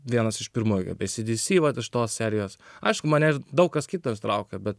vienas iš pirmųjų acdc vat iš tos serijos aišku mane daug kas kitas traukia bet